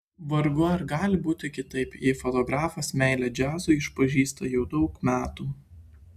vargu ar gali būti kitaip jei fotografas meilę džiazui išpažįsta jau daug metų